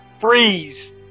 Freeze